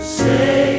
say